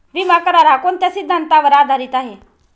विमा करार, हा कोणत्या सिद्धांतावर आधारीत आहे?